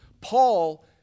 Paul